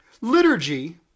Liturgy